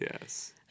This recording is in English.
Yes